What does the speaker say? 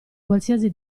qualsiasi